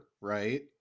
right